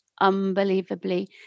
unbelievably